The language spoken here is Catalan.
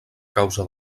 causa